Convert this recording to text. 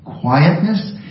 quietness